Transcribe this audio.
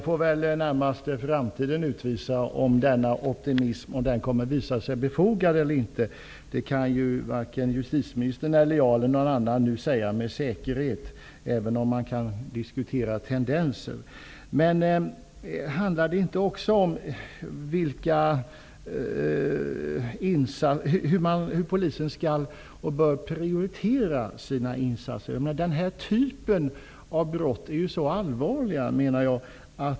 Fru talman! Framtiden får utvisa om denna optimism är befogad eller inte. Det kan varken justitieministern, jag eller någon annan säga med säkerhet, även om man kan diskutera tendenser. Men handlar det inte också om hur polisen bör prioritera sina insatser? Jag menar att brott av denna typ är allvarliga.